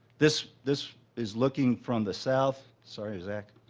this this is looking from the south, sorry, zach.